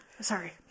Sorry